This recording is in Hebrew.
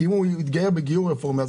כי אם התגייר בגיור רפורמי,